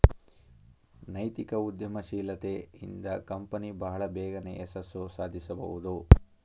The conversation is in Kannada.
ನೈತಿಕ ಉದ್ಯಮಶೀಲತೆ ಇಂದ ಕಂಪನಿ ಬಹಳ ಬೇಗನೆ ಯಶಸ್ಸು ಸಾಧಿಸಬಹುದು